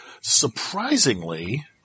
surprisingly